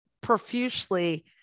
profusely